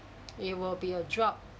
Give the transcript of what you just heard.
it will be a drop